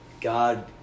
God